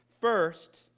First